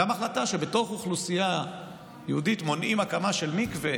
גם החלטה שבתוך אוכלוסייה יהודית מונעים הקמה של מקווה